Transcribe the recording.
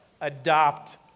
adopt